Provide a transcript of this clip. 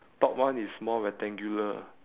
top one is more rectangular